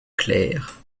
claires